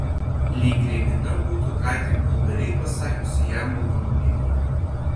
lyg regina būtų ką tik vulgariai pasakiusi jam automobilyje